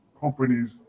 companies